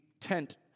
tent